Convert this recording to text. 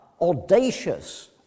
audacious